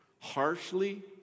harshly